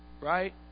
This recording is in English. right